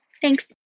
Thanks